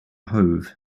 hove